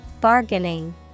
Bargaining